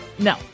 No